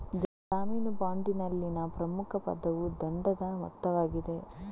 ಜಾಮೀನು ಬಾಂಡಿನಲ್ಲಿನ ಪ್ರಮುಖ ಪದವು ದಂಡದ ಮೊತ್ತವಾಗಿದೆ